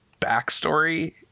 backstory